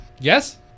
yes